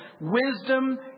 wisdom